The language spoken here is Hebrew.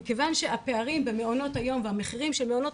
מכיוון שהפערים במעונות היום והמחירים של מעונות